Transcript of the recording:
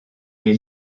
est